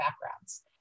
backgrounds